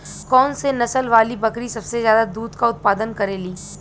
कौन से नसल वाली बकरी सबसे ज्यादा दूध क उतपादन करेली?